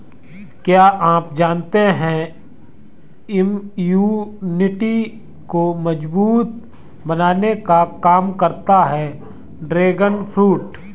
क्या आप जानते है इम्यूनिटी को मजबूत बनाने का काम करता है ड्रैगन फ्रूट?